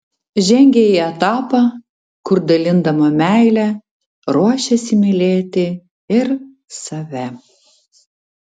žengia į etapą kur dalindama meilę ruošiasi mylėti ir save